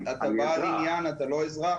אתה בעל עניין, אתה לא אזרח.